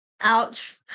Ouch